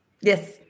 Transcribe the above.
Yes